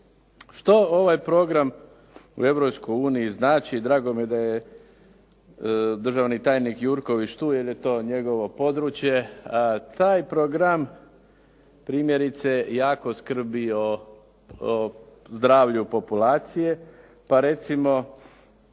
Što ovaj program u Europskoj uniji znači. Drago mi je da je državni tajnik Jurković tu, jer je to njegovo područje. Taj program primjerice jako skrbi o zdravlju populacije, pa recimo